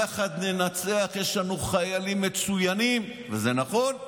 יחד ננצח, יש לנו חיילים מצוינים, וזה נכון,